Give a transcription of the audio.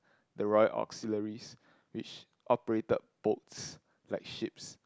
the Royal Auxiliaries which operated boats like ships